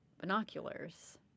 binoculars